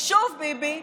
שוב ביבי,